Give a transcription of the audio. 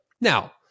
Now